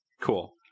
Cool